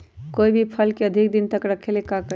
कोई भी फल के अधिक दिन तक रखे के लेल का करी?